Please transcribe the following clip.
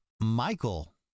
Michael